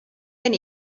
gen